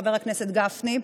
חבר הכנסת גפני.